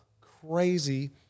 crazy